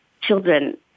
children